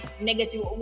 negative